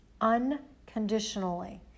unconditionally